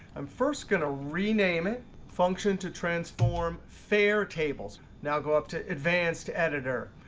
i'm first going to rename it function to transform fair tables. now go up to advanced editor.